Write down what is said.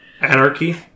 Anarchy